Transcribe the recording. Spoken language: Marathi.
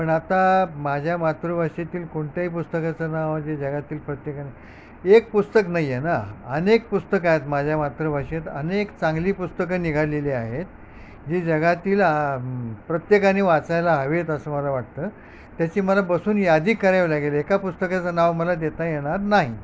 पण आता माझ्या मातृभाषेतील कोणत्याही पुस्तकाचं नाव जी जगातील प्रत्येकाने एक पुस्तक नाही आहे ना अनेक पुस्तक आहेत माझ्या मातृभाषेत अनेक चांगली पुस्तकं निघालेली आहेत जी जगातील प्रत्येकाने वाचायला हवेत असं मला वाटतं त्याची मला बसून यादी करावी लागेल एका पुस्तकाचं नाव मला देता येणार नाही